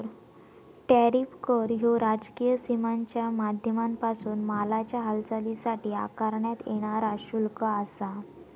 tariff कर ह्यो राजकीय सीमांच्या माध्यमांपासून मालाच्या हालचालीसाठी आकारण्यात येणारा शुल्क आसा